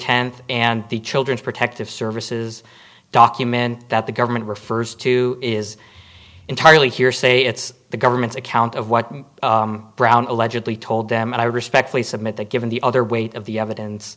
tenth and the children's protective services document that the government refers to is entirely hearsay it's the government's account of what brown allegedly told them and i respectfully submit that given the other weight of the